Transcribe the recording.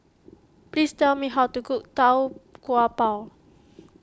please tell me how to cook Tau Kwa Pau